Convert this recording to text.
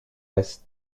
ouest